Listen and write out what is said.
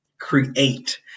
create